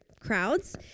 crowds